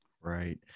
Right